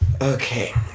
Okay